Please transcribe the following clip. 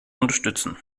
unterstützen